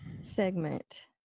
segment